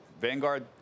Vanguard